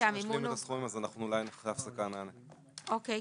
אז אנחנו אחרי ההפסקה אוקיי,